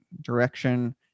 direction